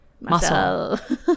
Muscle